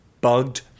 bugged